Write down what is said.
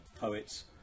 poets